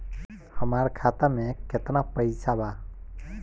हमार खाता में केतना पैसा बा?